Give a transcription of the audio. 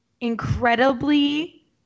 incredibly